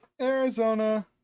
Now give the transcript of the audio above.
Arizona